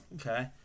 okay